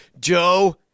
Joe